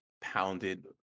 pounded